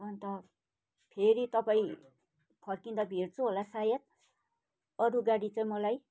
अन्त फेरि तपाईँ फर्किन्दा भेट्छु होला सायद अरू गाडी चाहिँ मलाई